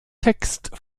text